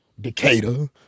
decatur